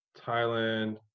Thailand